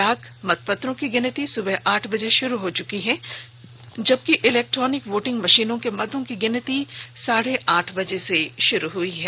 डाक मतपत्रों की गिनती सुबह आठ बजे शुरू हो चुकी है जबकि इलेक्ट्रॉनिक वोटिंग मशीनों के मतों की गिनती साढ़ आठ बजे से शुरू हो चुकी है